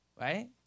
right